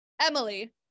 Emily